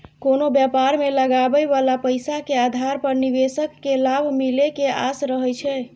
कोनो व्यापार मे लगाबइ बला पैसा के आधार पर निवेशक केँ लाभ मिले के आस रहइ छै